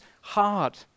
hard